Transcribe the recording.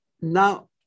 Now